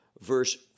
Verse